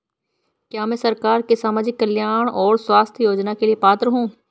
क्या मैं सरकार के सामाजिक कल्याण और स्वास्थ्य योजना के लिए पात्र हूं?